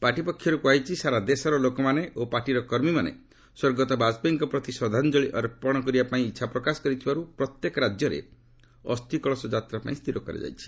party ପକ୍ଷରୁ କୁହାଯାଇଛି ସାରା ଦେଶର ଲୋକମାନେ ଓ ପାର୍ଟିର କର୍ମୀମାନେ ସ୍ୱର୍ଗତ ବାଜପେୟୀଙ୍କ ପ୍ରତି ଶ୍ରଦ୍ଧାଞ୍ଚଳି ଅର୍ପଣ କରିବା ପାଇଁ ଇଚ୍ଛା ପ୍ରକାଶ କରିଥିବାରୁ ପ୍ରତ୍ୟେକ ରାଜ୍ୟରେ ଅସ୍ଥି କଳସ ଯାତ୍ରା ପାଇଁ ସ୍ଥିର କରାଯାଇଛି